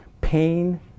pain